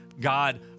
God